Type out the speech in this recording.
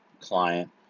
client